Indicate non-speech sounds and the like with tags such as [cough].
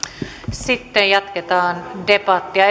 sitten jatketaan debattia [unintelligible]